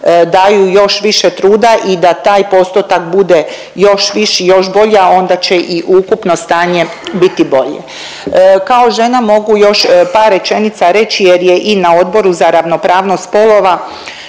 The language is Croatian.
daju još više truda i da taj postotak bude još viši, još bolji, a onda će i ukupno stanje biti bolje. Kao žena mogu još par rečenica reći jer je i na Odboru za ravnopravnost spolova